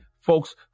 folks